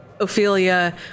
Ophelia